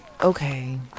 Okay